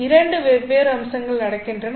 இரண்டு வெவ்வேறு அம்சங்கள் நடக்கின்றன